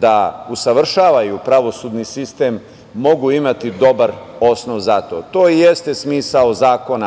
da usavršavaju pravosudni sistem mogu imati dobar osnov za to. To i jeste smisao